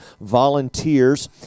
volunteers